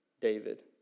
David